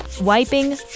Wiping